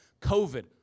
COVID